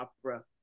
opera